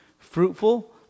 fruitful